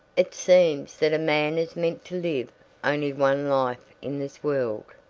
it seems that a man is meant to live only one life in this world.